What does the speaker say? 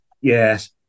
yes